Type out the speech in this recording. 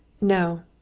No